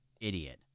idiot